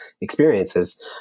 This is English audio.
experiences